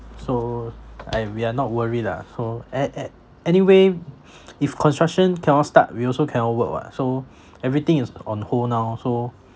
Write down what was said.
so I we are not worried ah so a~ a~ anyway if construction cannot start we also cannot work [what] so everything is on hold now so